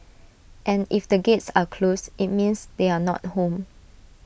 and if the gates are closed IT means they are not home